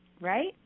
right